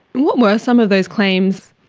what were some of those claims?